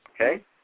okay